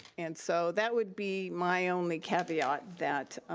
and so that would be my only caveat that